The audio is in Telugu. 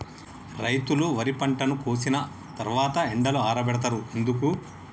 రైతులు వరి పంటను కోసిన తర్వాత ఎండలో ఆరబెడుతరు ఎందుకు?